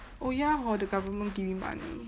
oh ya hor the government giving money